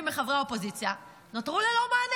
שאמרו לנו,